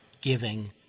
giving